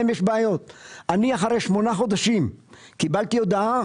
אני, אחרי שמונה חודשים קיבלתי הודעה